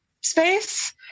space